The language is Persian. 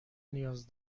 نیاز